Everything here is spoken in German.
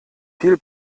viel